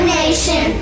nation